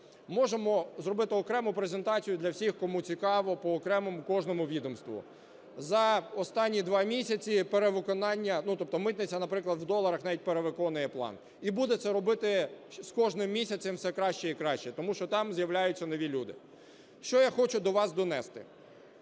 Можемо зробити окрему презентацію для всіх, кому цікаво, окремо по кожному відомству. За останні 2 місяці перевиконання, ну, тобто митниця, наприклад, у доларах навіть перевиконує план. І буде це робити з кожним місяцем все краще і краще, тому що там з'являються нові люди. Що я хочу до вас донести.